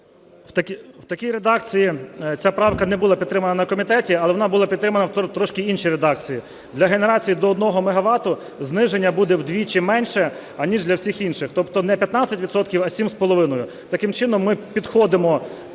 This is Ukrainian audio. В такій редакція ця правка не була підтримана на комітеті, але вона була підтримана трошки в іншій редакції. Для генерації до 1 мегавату зниження буде вдвічі менше, аніж для усіх інших, тобто не 15 відсотків, а 7,5. Таким чином, ми підходимо